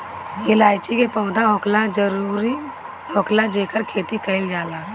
इलायची के पौधा होखेला जेकर खेती कईल जाला